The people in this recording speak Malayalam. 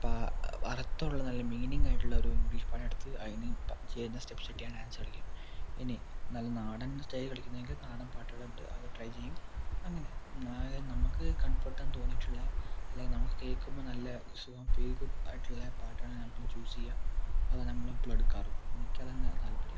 പ അർത്ഥം ഉള്ള നല്ല മീനിങ്ങ് ആയിട്ടുള്ള ഒരു ഇംഗ്ലീഷ് പാട്ടെടുത്ത് അതിനു ചേരുന്ന സ്റ്റെപ്സ് ഇട്ട് ഞാൻ ഡാൻസ് കളിക്കും ഇനി നല്ല നാടൻ സ്റ്റൈൽ ആണ് കളിക്കുന്നതെങ്കിൽ നാടൻ പാട്ടുകളിട്ട് അത് ട്രൈ ചെയ്യും അങ്ങനെ നാ നമുക്ക് കംഫോർട്ട് എന്ന് തോന്നിയിട്ടുള്ള അല്ലെങ്കിൽ നമുക്ക് കേൾക്കുമ്പോൾ നല്ല സുഖം ഫീൽ ഗുഡ് ആയിട്ടുള്ള പാട്ടാണ് ഞാനെപ്പോഴും ചൂസ് ചെയ്യുക അത് തന്നെ എപ്പോളും എടുക്കാറും എനിക്ക് അത് തന്നെയാണ് താല്പര്യം